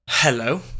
Hello